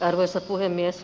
arvoisa puhemies